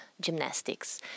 gymnastics